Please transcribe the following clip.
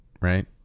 right